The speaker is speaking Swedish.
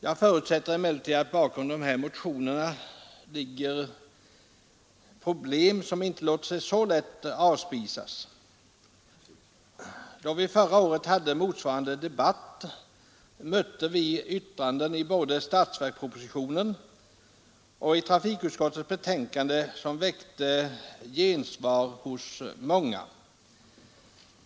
Jag förutsätter emellertid att bakom de här motionerna ligger problem som inte låter sig så lätt avspisas. Då vi förra året hade motsvarande debatt, mötte vi yttranden i både statsverkspropositionen och trafikutskottets betänkande som väckte gensvar hos många.